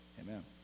Amen